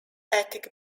ethic